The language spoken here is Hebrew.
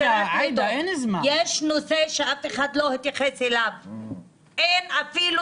יש נושא אחד שאף אחד לא התייחס אליו: אין אפילו